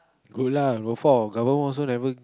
good lah low for government also never